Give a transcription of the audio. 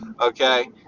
okay